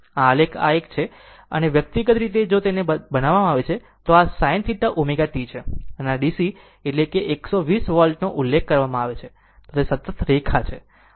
આ આલેખ આ એક છે અને વ્યક્તિગત રીતે જો તેને બનાવવામાં આવે છે તો આ 100 sinθ ω t છે અને આ DC એટલે કે આ 120 વોલ્ટ નો ઉલ્લેખ કરવામાં આવે છે તે સતત રેખા છે